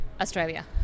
Australia